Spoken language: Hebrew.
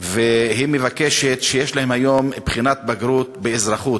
והיא מבקשת: יש להם היום בחינת בגרות באזרחות,